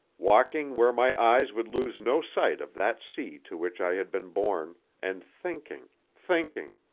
walking where my eyes would lose no sight of that sea to which i had been born, and thinking, thinking,